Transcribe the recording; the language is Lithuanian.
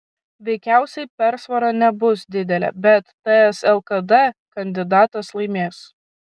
veikiausiai persvara nebus didelė bet ts lkd kandidatas laimės